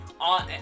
on